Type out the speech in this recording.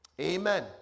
Amen